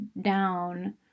down